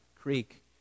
creek